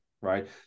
right